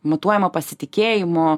matuojama pasitikėjimo